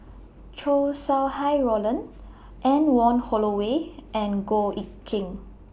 Chow Sau Hai Roland Anne Wong Holloway and Goh Eck Kheng